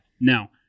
Now